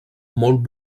molt